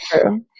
true